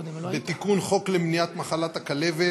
בתיקון החוק למניעת מחלת הכלבת,